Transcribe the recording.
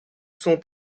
son